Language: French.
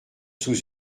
sous